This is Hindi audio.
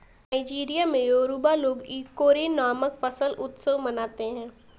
नाइजीरिया में योरूबा लोग इकोरे नामक फसल उत्सव मनाते हैं